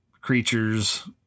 creatures